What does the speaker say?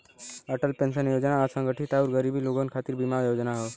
Atal pension योजना असंगठित आउर गरीब लोगन खातिर बीमा योजना हौ